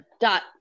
dot